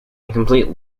incomplete